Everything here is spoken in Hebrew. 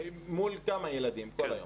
מול כמה ילדים כל היום.